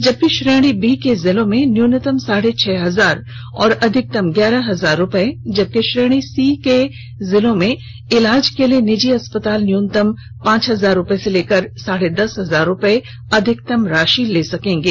जबकि श्रेणी बी के जिलों में न्यूनतम साढ़े छह हजार और अधिकतम ग्यारह हजार रूपये जबकि श्रेणी सी के जिलों में इलाज के लिए निजी अस्पताल न्यूनतम पांच हजार रूपये से लेकर साढ़े दस हजार रूपये अधिकतम राशि ले सकेंगे